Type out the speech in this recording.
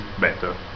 better